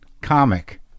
comic